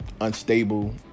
unstable